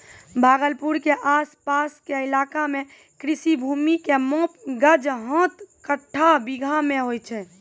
भागलपुर के आस पास के इलाका मॅ कृषि भूमि के माप गज, हाथ, कट्ठा, बीघा मॅ होय छै